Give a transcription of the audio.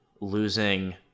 losing